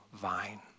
vine